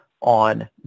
on